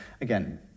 again